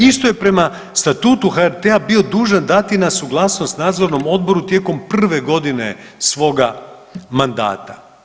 Isto je prema Statutu HRT-a bio dužan dati na suglasnost nadzornom odboru tijekom prve godine svoga mandata.